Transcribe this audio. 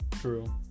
true